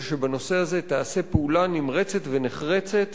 זה שבנושא הזה תיעשה פעולה נמרצת ונחרצת